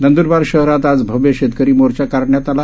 नंद्रबारशहरातआजभव्यशेतकरीमोर्चाकाढण्यातआला